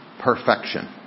perfection